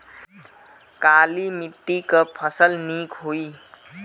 काली मिट्टी क फसल नीक होई?